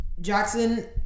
Jackson